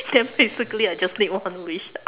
then basically I just need one wish